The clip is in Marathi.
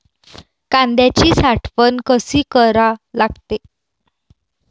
कांद्याची साठवन कसी करा लागते?